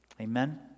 Amen